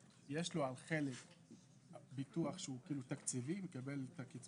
יש לי שאלה סוציאלית קצת.